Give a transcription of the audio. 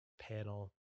panel